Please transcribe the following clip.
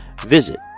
visit